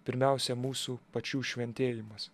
pirmiausia mūsų pačių šventėjimas